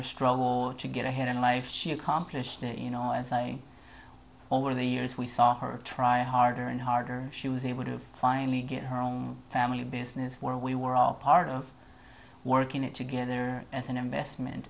her struggle to get ahead in life she accomplished you know as i say over the years we saw her try harder and harder she was able to finally get her own family business where we were all part of working it together as an investment